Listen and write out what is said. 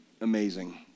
amazing